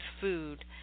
food